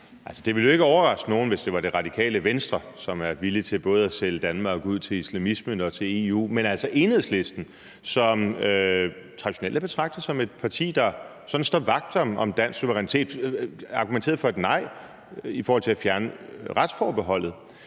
det ville jo ikke overraske nogen, hvis det var Radikale Venstre, som var villig til både at sælge Danmark ud til islamismen og til EU, men Enhedslisten bliver traditionelt betragtet som et parti, der sådan står vagt om dansk suverænitet og argumenterede for et nej i forhold til at fjerne retsforbeholdet.